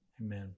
Amen